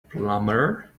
plumber